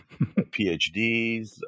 PhDs